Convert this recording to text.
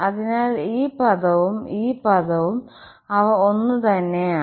അതിനാൽ ഈ പദവും ഈ പദവും അവ ഒന്നുതന്നെയാണ്